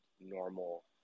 normal